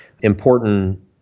important